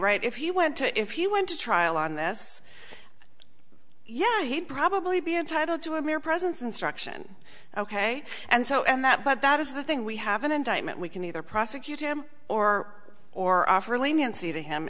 right if you went to if you went to trial on this yeah he'd probably be entitled to a mere presence instruction ok and so and that but that is the thing we have an indictment we can either prosecute him or or offer leniency to him